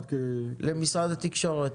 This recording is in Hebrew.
המחירים למשרד התקשורת.